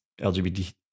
LGBT